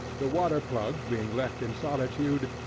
the water-plug being left in solitude,